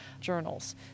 journals